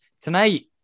tonight